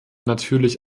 natürlich